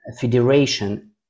federation